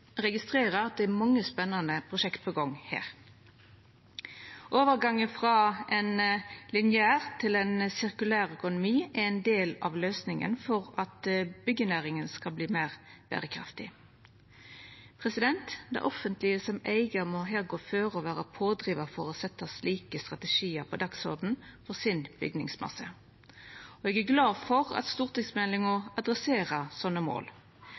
er mange spennande prosjekt på gang her. Overgangen frå ein lineær til ein sirkulær økonomi er ein del av løysinga for at byggjenæringa skal verta meir berekraftig. Det offentlege som eigar må her gå føre og vera pådrivar for å setja slike strategiar på dagsordenen for sin bygningsmasse. Eg er glad for at stortingsmeldinga adresserer slike mål,